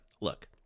look